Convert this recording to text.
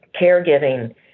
caregiving